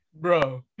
Bro